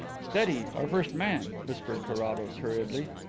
steady! our first man, whispered carrados hurriedly.